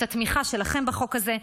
את התמיכה שלכם בחוק הזה.